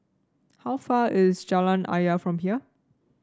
how far away is Jalan Ayer from here